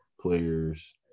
players